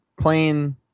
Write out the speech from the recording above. playing